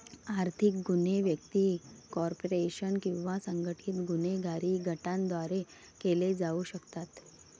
आर्थिक गुन्हे व्यक्ती, कॉर्पोरेशन किंवा संघटित गुन्हेगारी गटांद्वारे केले जाऊ शकतात